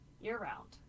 Year-round